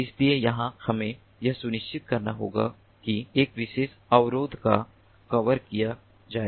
इसलिए यहां हमें यह सुनिश्चित करना होगा कि एक विशेष अवरोध को कवर किया जाए